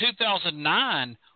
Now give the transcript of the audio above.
2009